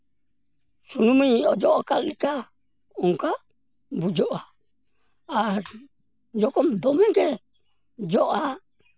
ᱥᱩᱱᱩᱢ ᱤᱧ ᱚᱡᱚᱜ ᱟᱠᱟᱜ ᱞᱮᱠᱟ ᱚᱱᱠᱟ ᱵᱩᱡᱷᱟᱹᱜᱼᱟ ᱟᱨ ᱡᱚᱠᱷᱚᱱ ᱫᱚᱢᱮ ᱜᱮ ᱡᱚᱜᱼᱟ